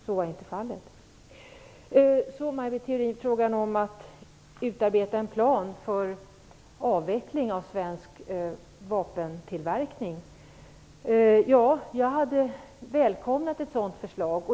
Så var inte fallet. Till frågan om att utarbeta en plan för avveckling av svensk vapentillverkning, Maj Britt Theorin. Jag hade välkomnat ett sådant förslag.